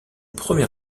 premier